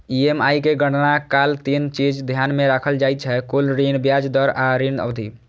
EMI के गणना काल तीन चीज ध्यान मे राखल जाइ छै, कुल ऋण, ब्याज दर आ ऋण अवधि